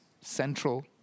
Central